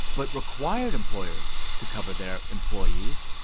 but required employers to cover their employees.